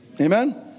Amen